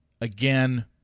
Again